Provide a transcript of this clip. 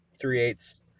three-eighths